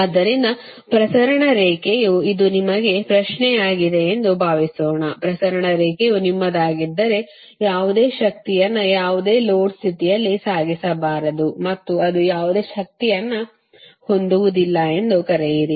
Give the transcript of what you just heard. ಆದ್ದರಿಂದ ಪ್ರಸರಣ ರೇಖೆಯು ಇದು ನಿಮಗೆ ಪ್ರಶ್ನೆಯಾಗಿದೆ ಎಂದು ಭಾವಿಸೋಣ ಪ್ರಸರಣ ರೇಖೆಯು ನಿಮ್ಮದಾಗಿದ್ದರೆ ಯಾವುದೇ ಶಕ್ತಿಯನ್ನು ಯಾವುದೇ ಲೋಡ್ ಸ್ಥಿತಿಯಲ್ಲಿ ಸಾಗಿಸಬಾರದು ಮತ್ತು ಅದು ಯಾವುದೇ ಶಕ್ತಿಯನ್ನು ಹೊಂದುವುದಿಲ್ಲ ಎಂದು ಕರೆಯಿರಿ